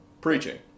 preaching